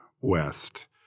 West